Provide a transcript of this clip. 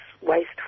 waste